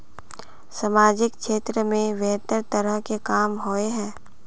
सामाजिक क्षेत्र में बेहतर तरह के काम होय है?